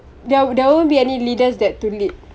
there there won't be any leaders that to lead